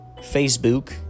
Facebook